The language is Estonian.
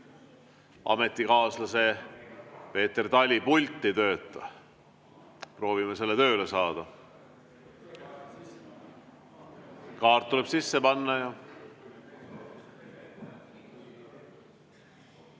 Ametikaaslase Peeter Tali pult ei tööta. Proovime selle tööle saada. Kaart tuleb sisse panna.